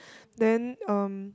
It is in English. then um